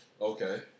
Okay